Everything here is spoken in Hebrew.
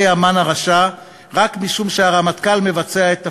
המן הרשע רק משום שהרמטכ"ל מבצע את תפקידו.